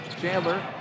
Chandler